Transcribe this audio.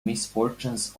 misfortunes